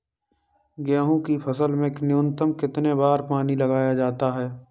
गेहूँ की फसल में न्यूनतम कितने बार पानी लगाया जाता है?